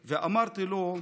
/ ואמרתי לו: